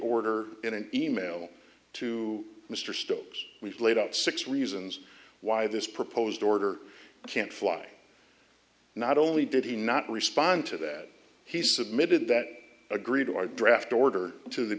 order in an e mail to mr stokes we've laid out six reasons why this proposed order can't fly not only did he not respond to that he submitted that agreed to our draft order t